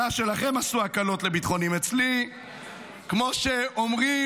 הכלואים נוכח המעצרים הרבים בתקופת מלחמת חרבות ברזל.